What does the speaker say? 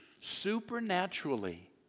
supernaturally